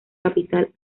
capital